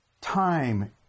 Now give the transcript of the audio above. time